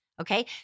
Okay